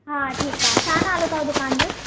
हा ठीकु आहे छा नालो अथव दुकान जो